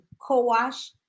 co-wash